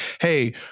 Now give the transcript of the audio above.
hey